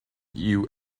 you